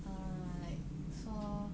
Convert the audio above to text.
err like 说